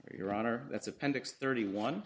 your honor that's appendix thirty